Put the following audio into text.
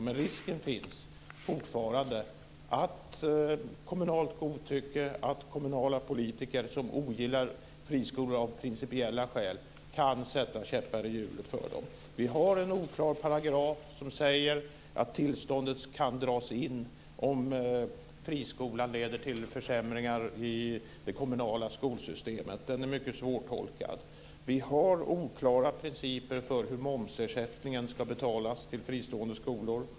Men risken finns fortfarande för kommunalt godtycke, att kommunala politiker som av principiella skäl ogillar friskolor kan sätta käppar i hjulet för dem. Vi har en oklar paragraf som säger att tillståndet kan dras in om friskolan leder till försämringar i det kommunala skolsystemet. Den är mycket svårtolkad. Vi har oklara principer för hur momsersättningen ska betalas till fristående skolor.